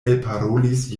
elparolis